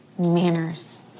Manners